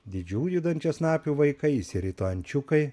didžiųjų dančiasnapių vaikai išsirito ančiukai